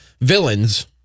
villains